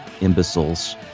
imbeciles